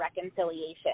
reconciliation